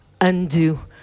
undo